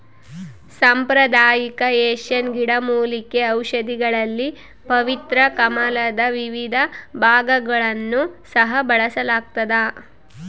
ಸಾಂಪ್ರದಾಯಿಕ ಏಷ್ಯನ್ ಗಿಡಮೂಲಿಕೆ ಔಷಧಿಗಳಲ್ಲಿ ಪವಿತ್ರ ಕಮಲದ ವಿವಿಧ ಭಾಗಗಳನ್ನು ಸಹ ಬಳಸಲಾಗ್ತದ